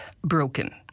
broken